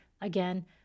again